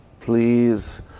please